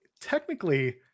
Technically